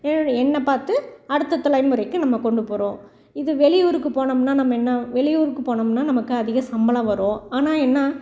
என்னு என்னை பார்த்து அடுத்த தலைமுறைக்கு நம்ம கொண்டு போகிறோம் இது வெளியூருக்கு போனோம்னால் நம்ம என்ன வெளியூருக்கு போனோம்னால் நமக்கு அதிக சம்பளம் வரும் ஆனால் என்ன